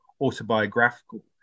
autobiographical